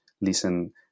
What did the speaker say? listen